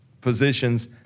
positions